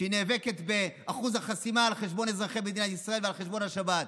נאבקת על אחוז החסימה על חשבון אזרחי מדינת ישראל ועל חשבון השבת.